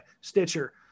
Stitcher